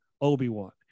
Obi-Wan